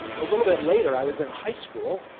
a little bit later, i was in high school,